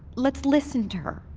let's listen to her.